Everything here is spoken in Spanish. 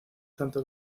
tanto